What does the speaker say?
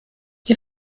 ihr